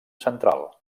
central